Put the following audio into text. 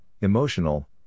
emotional